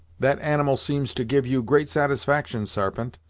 that animal seems to give you great satisfaction, sarpent,